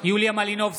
יוליה מלינובסקי,